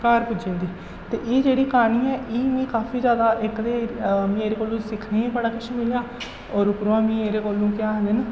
घर पुज्जी जंदी ते एह् जेह्ड़ी क्हानी ऐ एह् मिगी काफी जैदा इक ते मिगी एह्दे कोलूं सिक्खने गी बड़ा किश मिलेआ होर उप्परुएं मिगी एह्दे कोलूं केह् आखदे न